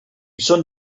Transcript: són